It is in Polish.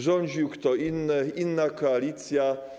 Rządził kto inny, inna koalicja.